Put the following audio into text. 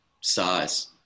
size